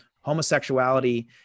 homosexuality